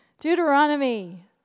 Deuteronomy